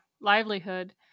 livelihood